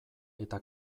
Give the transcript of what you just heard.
eta